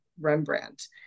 Rembrandt